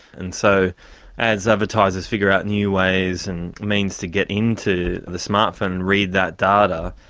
and so as advertisers figure out new ways and means to get into the smart phone and read that data,